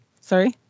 sorry